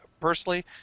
personally